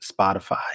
Spotify